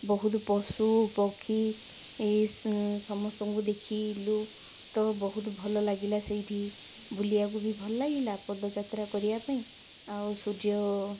ବହୁତ ପଶୁ ପକ୍ଷୀ ସମସ୍ତଙ୍କୁ ଦେଖିଲୁ ତ ବହୁତ ଭଲ ଲାଗିଲା ସେଇଠି ବୁଲିବାକୁ ବି ଭଲ ଲାଗିଲା ପଦଯାତ୍ରା କରିବା ପାଇଁ ଆଉ ସୂର୍ଯ୍ୟ